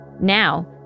Now